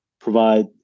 provide